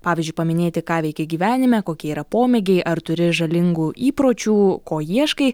pavyzdžiui paminėti ką veiki gyvenime kokie yra pomėgiai ar turi žalingų įpročių ko ieškai